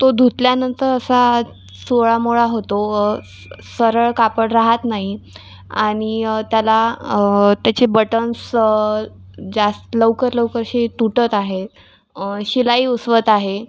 तो धुतल्यानंतर असा चोळामोळा होतो सरळ कापड राहत नाही आणि त्याला त्याचे बटन्स जास्त लवकर लवकर असे तुटत आहे शिलाई उसवत आहे